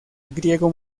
griego